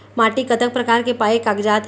माटी कतक प्रकार के पाये कागजात हे?